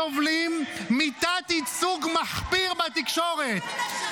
סובלים מתת-ייצוג מחפיר בתקשורת.